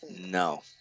no